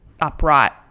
upright